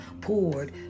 poured